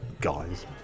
guys